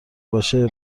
باشه